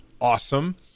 Awesome